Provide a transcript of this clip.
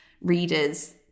readers